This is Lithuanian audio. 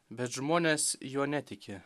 bet žmonės juo netiki